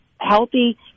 healthy